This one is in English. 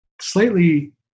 slightly